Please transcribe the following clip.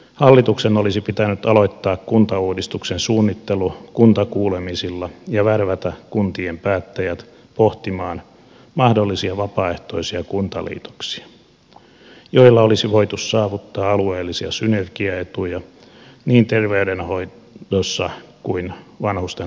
hallituksen olisi pitänyt aloittaa kuntauudistuksen suunnittelu kuntakuulemisilla ja värvätä kuntien päättäjät pohtimaan mahdollisia vapaaehtoisia kuntaliitoksia joilla olisi voitu saavuttaa alueellisia synergiaetuja niin terveydenhoidossa kuin vanhustenhoitopalveluissakin